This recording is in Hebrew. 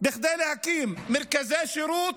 בכדי להקים מרכזי שירות,